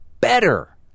better